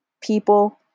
people